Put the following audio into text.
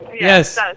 Yes